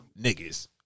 niggas